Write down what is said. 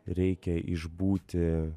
reikia išbūti